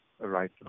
Right